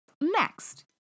Next